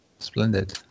Splendid